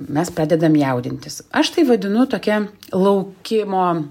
mes pradedam jaudintis aš tai vadinu tokia laukimo